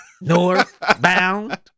Northbound